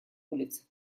улиц